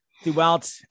throughout